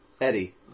Eddie